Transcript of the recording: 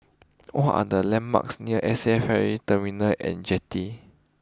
what are the landmarks near S F Ferry Terminal and Jetty